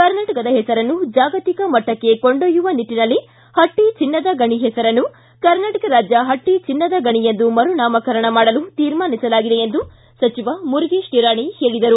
ಕರ್ನಾಟಕದ ಹೆಸರನ್ನು ಜಾಗತಿಕ ಮಟ್ಟಕ್ಕೆ ಕೊಂಡೊಯ್ಯುವ ನಿಟ್ಟನಲ್ಲಿ ಹಟ್ಟಿ ಚಿನ್ನದ ಗಣಿ ಹೆಸರನ್ನು ಕರ್ನಾಟಕದ ರಾಜ್ಯ ಹಟ್ಟ ಚಿನ್ನದ ಗಣಿ ಎಂದು ಮರುನಾಮಕರಣ ಮಾಡಲು ತೀರ್ಮಾನಿಸಲಾಗಿದೆ ಎಂದು ಸಚಿವ ಮುರಗೇತ್ ನಿರಾಣಿ ಹೇಳಿದರು